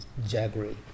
jaggery